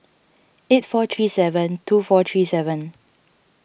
eight four three seven two four three seven